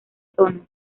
zona